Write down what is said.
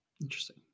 Interesting